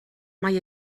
mae